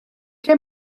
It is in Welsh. lle